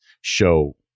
show